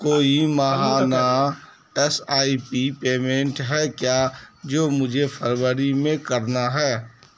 کوئی ماہانہ S I P payment ہے کیا جو مجھے فروری میں کرنا ہے